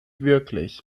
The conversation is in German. wirklich